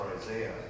Isaiah